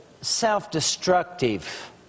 self-destructive